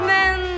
Men